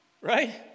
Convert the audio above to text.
Right